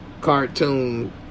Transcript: cartoon